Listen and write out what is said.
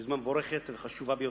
זו יוזמה מבורכת וחשובה ביותר.